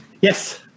Yes